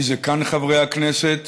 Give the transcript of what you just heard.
אני זקן חברי הכנסת,